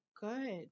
good